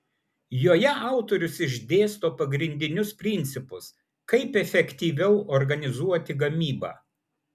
joje autorius išdėsto pagrindinius principus kaip efektyviau organizuoti gamybą